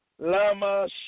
Lama